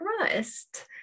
crust